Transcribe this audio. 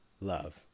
love